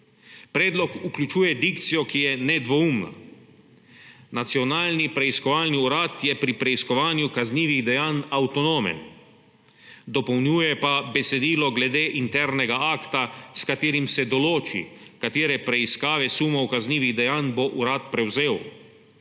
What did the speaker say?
Predlog vključuje dikcijo, ki je nedvoumna. Nacionalni preiskovalni urad je pri preiskovanju kaznivih dejanj avtonomen. Dopolnjuje pa besedilo glede internega akta, s katerim se določi, katere preiskave sumov kaznivih dejanj bo urad prevzel.